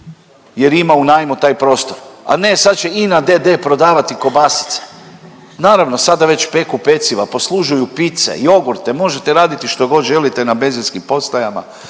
jer ima u najmu taj prostor. A ne sad će INA d.d. prodavati kobasice. Naravno sada već peku peciva, poslužuju pize, jogurte, možete raditi što god želite na benzinskim postajama.